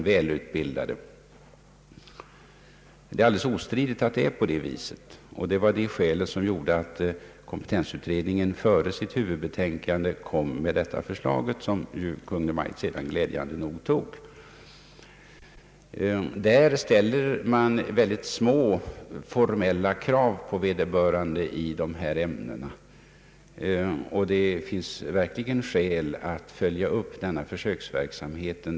Det förhåller sig alldeles ostridigt så, och detta är skälet till att kompetensutredningen före huvudbetänkandet avlämnade det delbetänkande som Kungl. Maj:t glädjande nog tog fasta på. Där ställs ytterst små formella krav på vederbörande, och man har verkligen skäl att följa upp försöksverksamheten.